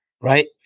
right